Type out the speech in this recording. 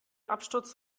absturz